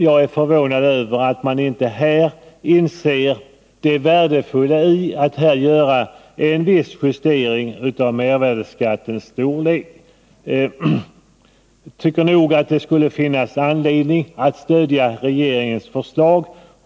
Jag är förvånad över att man inte här inser det värdefulla i att göra en viss justering av mervärdeskattens storlek. Jag tycker nog att det skulle finnas anledning att stödja regeringens förslag.